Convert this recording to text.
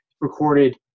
recorded –